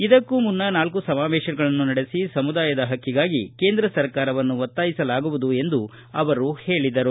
ಇದಕ್ಕೂ ಮುನ್ನ ನಾಲ್ಕು ಸಮಾವೇಶಗಳನ್ನು ನಡೆಸಿ ಸಮುದಾಯದ ಹಕ್ಕಿಗಾಗಿ ಕೇಂದ್ರ ಸರ್ಕಾರವನ್ನು ಒತ್ತಾಯಿಸಲಾಗುವುದು ಎಂದು ಅವರು ಹೇಳಿದರು